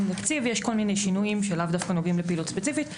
יש כל מיני שינויים שלאו דווקא נובעים מפעילות ספציפית.